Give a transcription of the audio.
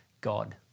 God